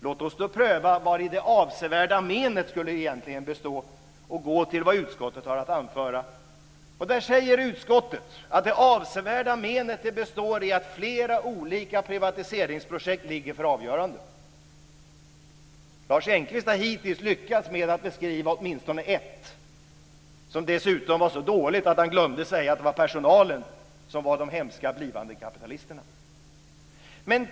Låt oss då pröva vari det avsevärda menet egentligen skulle bestå och gå till vad utskottet har att anföra. Där säger utskottet att det avsevärda menet består i att flera olika privatiseringsprojekt ligger framme för avgörande. Lars Engqvist har hittills lyckats med att beskriva åtminstone ett, som dessutom var så dåligt att han glömde säga att det var personalen som var den hemska blivande kapitalisten.